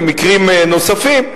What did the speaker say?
ומקרים נוספים,